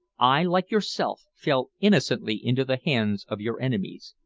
i, like yourself, fell innocently into the hands of your enemies.